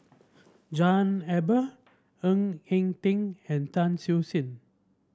John Eber Ng Eng Teng and Tan Siew Sin